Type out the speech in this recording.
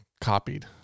copied